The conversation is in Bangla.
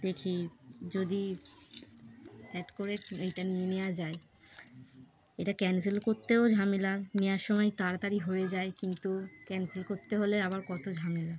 দেখি যদি অ্যাড করে এইটা নিয়ে নেওয়া যায় এটা ক্যান্সেল করতেও ঝামেলা নেওয়ার সময় তাড়াতাড়ি হয়ে যায় কিন্তু ক্যান্সেল করতে হলে আবার কত ঝামেলা